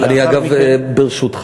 ולאחר מכן,